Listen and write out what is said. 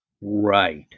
Right